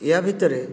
ଏହା ଭିତରେ